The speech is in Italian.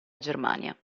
germania